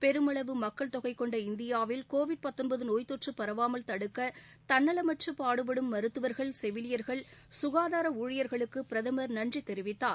பெருமளவு மக்கள் தொகை கொண்ட இந்தியாவில் கோவிட் நோய் தொற்று பரவாமல் தடுக்க தன்ளலமற்று பாடுபடும் மருத்துவர்கள் செவிலியர்கள் சுகாதார ஊழியர்களுக்கு பிரதமர் நன்றி தெரிவித்தார்